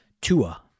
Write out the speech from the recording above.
Tua